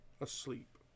asleep